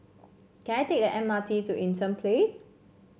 can I take the M R T to Eaton Place